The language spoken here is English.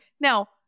Now-